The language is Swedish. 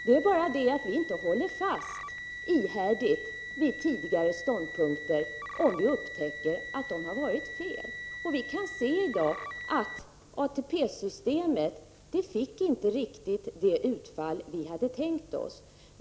Det är bara det att vi inte ihärdigt håller fast vid tidigare ståndpunkter om vi upptäcker att de har varit felaktiga. Vi kan i dag se att ATP-systemet inte fick riktigt det utfall som vi hade tänkt oss.